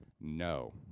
No